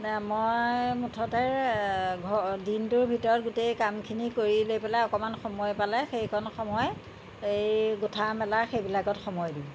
মই মুঠতে ঘ দিনটোৰ ভিতৰত গোটেই কামখিনি কৰি লৈ পেলাই অকণমান সময় পালে সেইকণ সময় এই গুঠামেলা সেইবিলাকত সময় দিওঁ